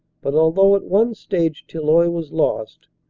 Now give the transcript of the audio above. but although at one stage tilloy vas lost,